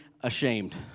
ashamed